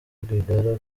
rwigara